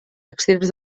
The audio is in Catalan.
extrems